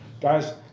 Guys